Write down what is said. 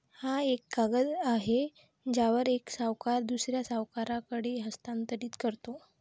हा एक कागद आहे ज्यावर एक सावकार दुसऱ्या सावकाराकडे हस्तांतरित करतो